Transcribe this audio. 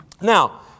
Now